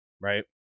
right